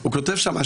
אני מסבירה